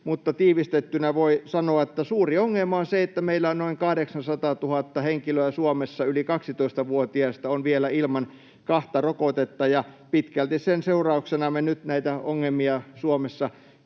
mutta tiivistettynä voi sanoa, että suuri ongelma on se, että meillä on noin 800 000 henkilöä Suomessa yli 12-vuotiaista vielä ilman kahta rokotetta, ja pitkälti sen seurauksena me nyt näitä ongelmia Suomessa koemme.